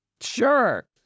Sure